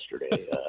yesterday